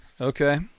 Okay